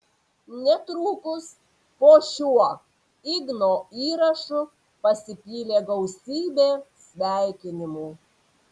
netrukus po šiuo igno įrašu pasipylė gausybė sveikinimų